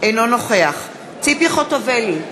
אינו נוכח ציפי חוטובלי,